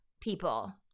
people